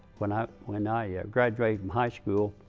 when ah when i graduated from high school